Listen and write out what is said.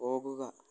പോകുക